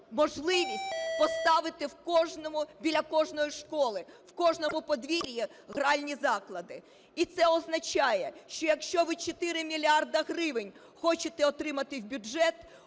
можливість поставити біля кожної школи, в кожному подвір'ї гральні заклади. І це означає, що якщо ви 4 мільярда гривень хочете отримати в бюджет,